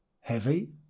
Heavy